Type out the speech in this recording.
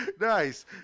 Nice